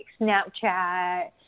Snapchat